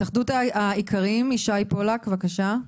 התאחדות האיכרים, ישי פולק, בבקשה.